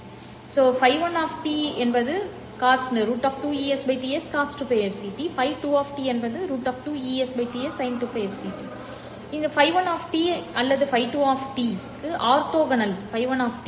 ஐ எழுதியுள்ளதை இப்போது நீங்கள் காணலாம் சில சமிக்ஞைகள் பெருக்கப்படுவதால் இதை நீங்கள் எழுதியுள்ள நான்கு மதிப்புகள் இவை cos 2πf ct மற்றும் மற்றொரு சமிக்ஞை மூலம் பாவம் 2πfct ஆல் பெருக்கப்படுகிறது இப்போது enote என்றால் 1 மூலம் இந்த குறிப்பிட்ட அலைவடிவம் cos 2πfct அலைவடிவம் மற்றும் φ̂ 2 உடன் wave 2 இந்த அலைவடிவமாக √ 2Es T s¿ ¿sin 2πfct